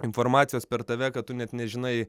informacijos per tave kad tu net nežinai